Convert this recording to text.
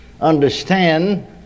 understand